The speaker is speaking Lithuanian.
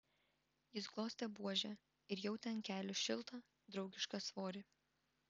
jis glostė buožę ir jautė ant kelių šiltą draugišką svorį